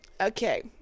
Okay